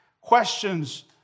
questions